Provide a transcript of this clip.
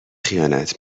خیانت